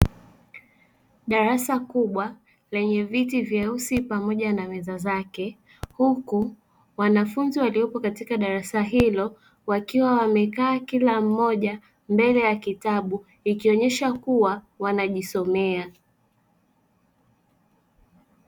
Darasa kubwa lenye viti vyeusi pamoja na meza zake, huku wanafunzi waliopo katika darasa hilo wakiwa wamekaa mbele ya kitabu ikionyesha kuwa wanajisomea.